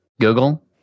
Google